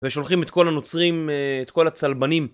ושולחים את כל הנוצרים, את כל הצלבנים.